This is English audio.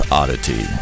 oddity